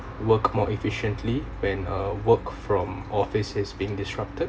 work more efficiently when uh work from office has been disrupted